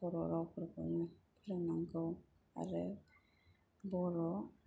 बर' रावफोरखौनो फोरोंनांगौ आरो बर'